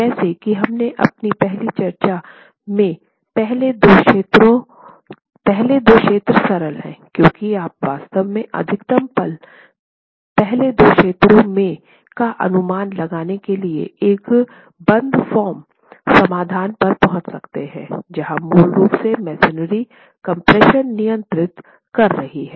जैसा कि हमने पहले चर्चा की कि पहले दो क्षेत्र सरल हैं क्योंकि आप वास्तव में अधिकतम पल पहले दो क्षेत्रों में का अनुमान लगाने के लिए एक बंद फार्म समाधान पर पहुंच सकते हैं जहां मूल रूप से मसोनरी कम्प्रेशन नियंत्रित कर रहा है